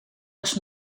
was